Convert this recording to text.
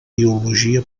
biologia